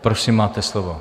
Prosím, máte slovo.